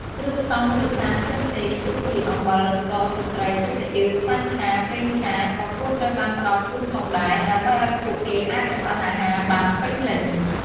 គ្រឿងផ្សំមូលដ្ឋានផ្សេងៗ ដូចជា អំបិល ស្ករ ទឹកត្រី ទឹកស៊ីអុីវ ខ្លាញ់ឆា ប្រេងឆា ក៏គួរត្រូវបានផ្តល់ជូនផងដែរ ដើម្បីឱ្យពួកគេអាចចម្អិនអាហារបានពេញលេញ។